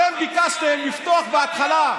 אתם ביקשתם לפתוח בהתחלה,